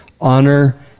honor